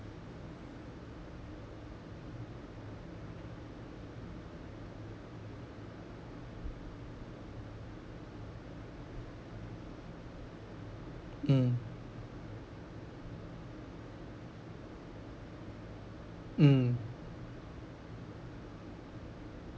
mm mm